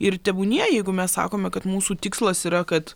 ir tebūnie jeigu mes sakome kad mūsų tikslas yra kad